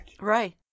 Right